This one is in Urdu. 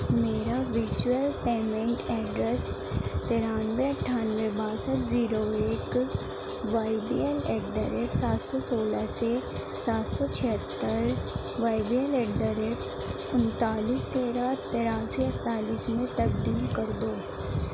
میرا ورچوئل پیمنٹ ایڈریس ترانوے اٹھانوے باسٹھ زیرو ایک Y B L at the rate سات سو سولہ سے سات سو چھہتر Y B L at the rate انتالیس تیرہ تراسی اڑتالیس میں تبدیل کر دو